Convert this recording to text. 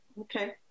Okay